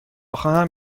خواهم